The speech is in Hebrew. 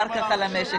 אחר כך נדבר על המשק.